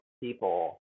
people